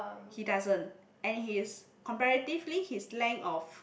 he doesn't and he is comparatively he's length of